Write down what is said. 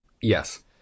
yes